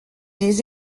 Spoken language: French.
des